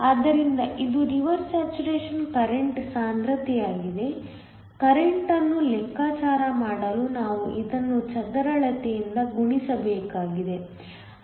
ಆದ್ದರಿಂದ ಇದು reverse saturation ಕರೆಂಟ್ಸಾಂದ್ರತೆಯಾಗಿದೆ ಕರೆಂಟ್ಅನ್ನು ಲೆಕ್ಕಾಚಾರ ಮಾಡಲು ನಾವು ಇದನ್ನು ಚದರಳತೆಯಿಂದ ಗುಣಿಸಬೇಕಾಗಿದೆ